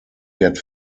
get